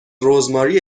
رزماری